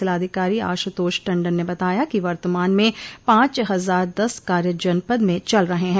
जिलाधिकारी आश्र्तोष टंडन ने बताया कि वर्तमान में पांच हजार दस कार्य जनपद में चल रहे हैं